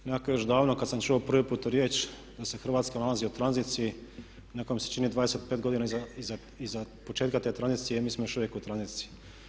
Nekako još davno kad sam čuo prvi put riječ da se Hrvatska nalazi u tranziciji nekako mi se čini 25 godina iza početka te tranzicije, mi smo još uvijek u tranziciji.